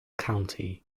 county